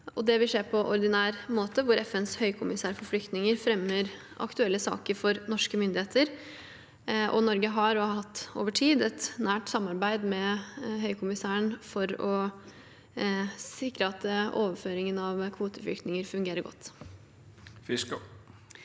Det vil skje på ordinær måte, hvor FNs høykommissær for flyktninger fremmer aktuelle saker for norske myndigheter. Norge har, og har hatt over tid, et nært samarbeid med høy kommissæren for å sikre at overføringen av kvoteflyktninger fungerer godt.